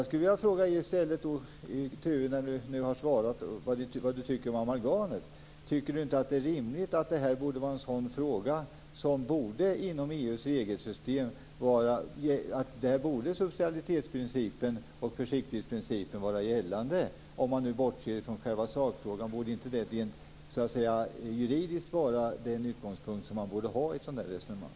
Skånberg att det är rimligt att detta är en sådan fråga inom EU:s regelsystem där subsidiaritetsprincipen och försiktighetsprincipen bör vara gällande? Om man nu bortser från själva sakfrågan, borde inte det juridiskt vara den utgångspunkt man borde ha i ett sådant resonemang?